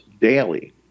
daily